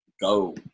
go